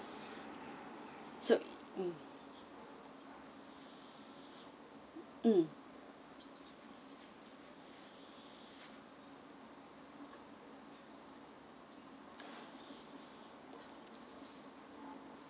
so mm